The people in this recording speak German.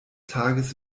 tages